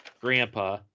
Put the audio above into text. grandpa